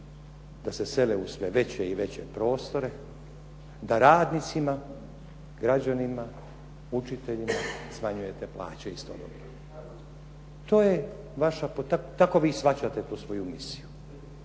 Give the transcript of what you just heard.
da se sele u sve veće i veće prostore, da radnicima, građanima, učiteljima smanjujete plaće istodobno. Tako vi shvaćate tu svoju misiju